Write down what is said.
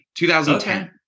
2010